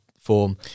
form